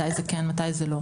מתי זה כן ומתי לא,